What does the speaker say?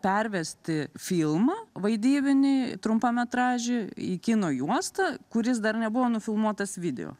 pervesti filmą vaidybinį trumpametražį į kino juostą kuris dar nebuvo nufilmuotas video